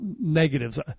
negatives